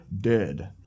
dead